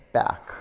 back